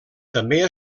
també